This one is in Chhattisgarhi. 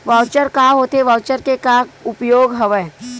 वॉऊचर का होथे वॉऊचर के का उपयोग हवय?